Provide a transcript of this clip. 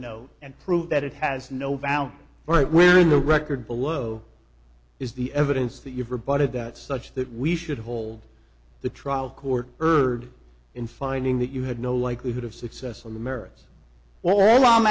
no and prove that it has no value but we're in the record below is the evidence that you've reported that such that we should hold the trial court heard in finding that you had no likelihood of success on the merits all i'm